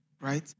right